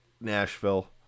Nashville